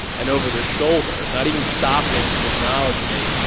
and over their shoulder, not even stopping to acknowledge me,